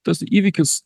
tas įvykis